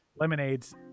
Lemonade's